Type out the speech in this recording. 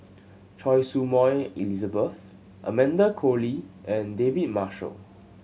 Choy Su Moi Elizabeth Amanda Koe Lee and David Marshall